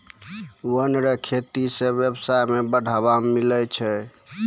वन रो खेती से व्यबसाय में बढ़ावा मिलै छै